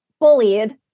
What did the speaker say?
bullied